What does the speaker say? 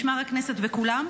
משמר הכנסת וכולם,